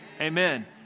Amen